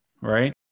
right